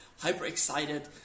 hyperexcited